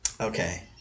Okay